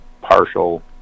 partial